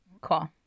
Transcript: Cool